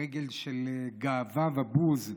ברגל של גאווה ובוז,